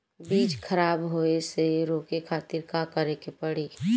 बीज खराब होए से रोके खातिर का करे के पड़ी?